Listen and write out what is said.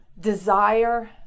desire